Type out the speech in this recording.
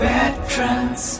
Veterans